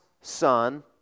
Son